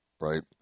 right